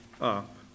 up